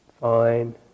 fine